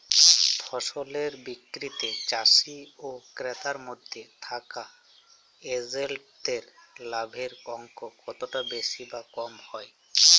ফসলের বিক্রিতে চাষী ও ক্রেতার মধ্যে থাকা এজেন্টদের লাভের অঙ্ক কতটা বেশি বা কম হয়?